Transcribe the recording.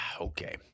Okay